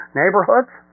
neighborhoods